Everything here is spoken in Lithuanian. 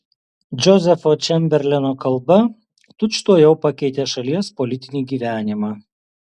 džozefo čemberleno kalba tučtuojau pakeitė šalies politinį gyvenimą